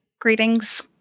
Greetings